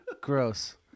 Gross